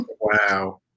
Wow